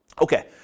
okay